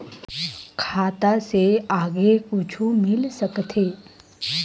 खाता से आगे कुछु मिल सकथे?